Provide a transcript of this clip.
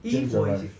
讲什么来